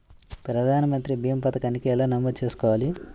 ప్రధాన మంత్రి భీమా పతకాన్ని ఎలా నమోదు చేసుకోవాలి?